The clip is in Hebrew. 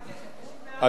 אדוני היושב-ראש,